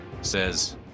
says